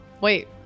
Wait